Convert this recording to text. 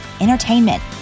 entertainment